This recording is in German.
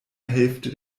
hälfte